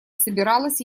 собиралась